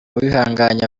uwihanganye